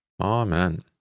Amen